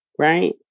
Right